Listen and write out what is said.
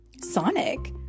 Sonic